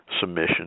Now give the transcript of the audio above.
submission